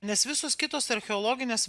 nes visos kitos archeologinės